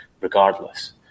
regardless